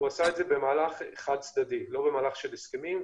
הוא עשה את זה במהלך חד-צדדי ולא במהלך של הסכמים,